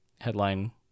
headline